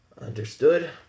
Understood